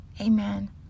Amen